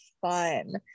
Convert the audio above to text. fun